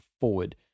forward